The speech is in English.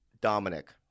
dominic